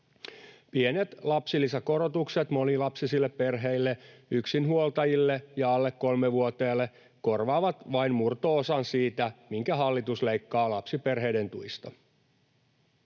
Pienet lapsilisäkorotukset monilapsisille perheille, yksinhuoltajille ja alle kolmevuotiaille korvaavat vain murto-osan siitä, minkä hallitus leikkaa lapsiperheiden tuista.